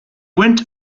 went